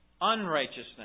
unrighteousness